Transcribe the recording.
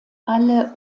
alle